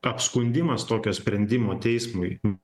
apskundimas tokio sprendimo teismui